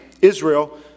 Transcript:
Israel